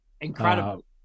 Incredible